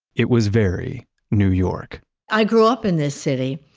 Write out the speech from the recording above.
it was very new york i grew up in the city,